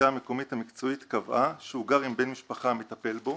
המקומית המקצועית קבעה שהוא גר עם בן משפחה המטפל בו